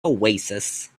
oasis